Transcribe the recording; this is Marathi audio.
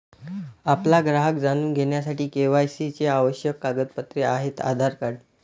आपला ग्राहक जाणून घेण्यासाठी के.वाय.सी चे आवश्यक कागदपत्रे आहेत आधार कार्ड